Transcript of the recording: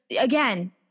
again